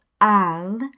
Al